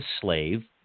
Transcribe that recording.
slave